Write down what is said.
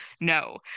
no